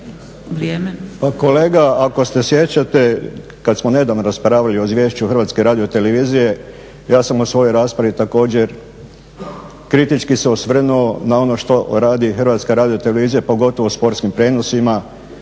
kolega, ako se sjećate kad smo nedavno raspravljali o izvješću Hrvatske radiotelevizije ja sam u svojoj raspravi također kritički se osvrnuo na ono što radi Hrvatska radiotelevizija pogotovo u sportskim prijenosima.